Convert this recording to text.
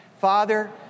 Father